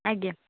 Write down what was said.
ଆଜ୍ଞା